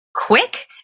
quick